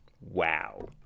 wow